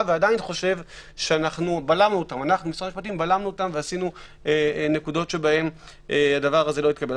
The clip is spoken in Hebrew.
ועדיין חושב שאנחנו בלמנו אותם ועשינו נקודות שבהן זה לא התקבל.